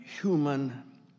human